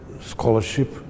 scholarship